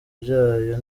byayo